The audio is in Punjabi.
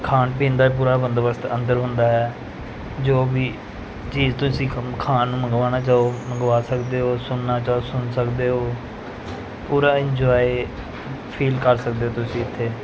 ਖਾਣ ਪੀਣ ਦਾ ਪੂਰਾ ਬੰਦੋਬਸਤ ਅੰਦਰ ਹੁੰਦਾ ਆ ਜੋ ਵੀ ਚੀਜ਼ ਤੁਸੀਂ ਖਮ ਖਾਣ ਨੂੰ ਮੰਗਵਾਉਣਾ ਚਾਹੋ ਮੰਗਵਾ ਸਕਦੇ ਹੋ ਸੁਣਨਾ ਚਾਹੋ ਸੁਣ ਸਕਦੇ ਹੋ ਪੂਰਾ ਇੰਜੋਏ ਫੀਲ ਕਰ ਸਕਦੇ ਹੋ ਤੁਸੀਂ ਇੱਥੇ